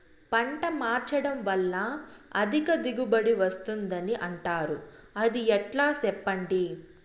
పంట మార్చడం వల్ల అధిక దిగుబడి వస్తుందని అంటారు అది ఎట్లా సెప్పండి